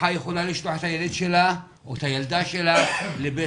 משפחה יכולה לשלוח את הילד שלה או את הילדה שלה לבית